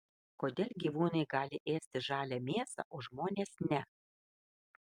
kodėl gyvūnai gali ėsti žalią mėsą o žmonės ne